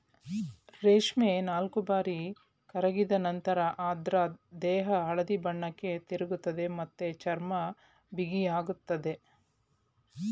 ರೇಷ್ಮೆ ನಾಲ್ಕುಬಾರಿ ಕರಗಿದ ನಂತ್ರ ಅದ್ರ ದೇಹ ಹಳದಿ ಬಣ್ಣಕ್ಕೆ ತಿರುಗ್ತದೆ ಮತ್ತೆ ಚರ್ಮ ಬಿಗಿಯಾಗ್ತದೆ